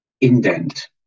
indent